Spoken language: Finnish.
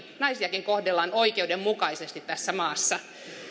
naisiakin kohdellaan oikeudenmukaisesti tässä maassa